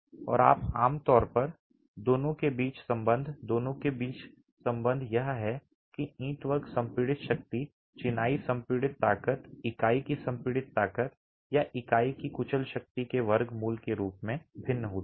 और आम तौर पर दोनों के बीच संबंध दोनों के बीच संबंध यह है कि ईंटवर्क संपीड़ित शक्ति चिनाई संपीड़ित ताकत इकाई की संपीड़ित ताकत या इकाई की कुचल शक्ति के वर्गमूल के रूप में भिन्न होती है